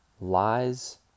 Lies